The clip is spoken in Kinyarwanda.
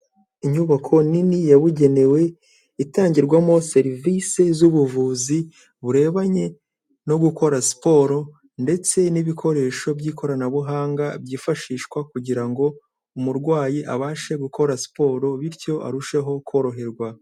Inyubako nini yabugenewe itangirwamo serivisi z'ubuvuzi burebanye no gukora siporo ndetse n'ibikoresho by'ikoranabuhanga byifashishwa kugira ngo umurwayi abashe gukora siporo bityo arusheho koroherwa.